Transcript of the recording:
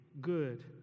good